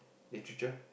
Literature